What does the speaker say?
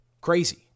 Crazy